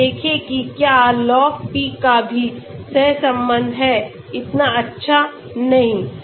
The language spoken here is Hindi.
आइए देखें कि क्या Log P का भी सहसंबंध है इतना अच्छा नहीं